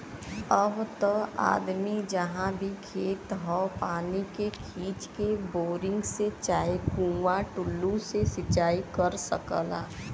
अब त आदमी जहाँ भी खेत हौ पानी के खींच के, बोरिंग से चाहे कुंआ टूल्लू से सिंचाई कर सकला